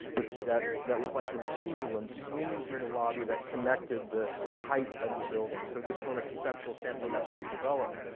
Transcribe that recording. that that was like this pendulum swinging through the lobby that connected the height of the building. so just from a conceptual standpoint, that's what we developed.